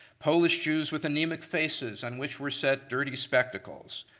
polish jews with anemic faces on which were set dirty spectacles,